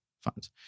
funds